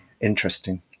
interesting